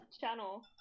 channel